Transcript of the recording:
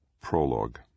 Prologue